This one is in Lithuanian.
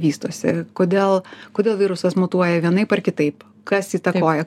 vystosi kodėl kodėl virusas mutuoja vienaip ar kitaip kas įtakoja